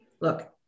Look